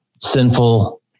sinful